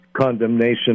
condemnation